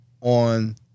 on